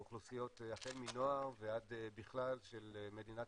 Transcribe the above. האוכלוסיות החל מנוער ועד בכלל של מדינת